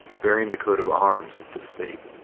bearing the coat of arms of the state.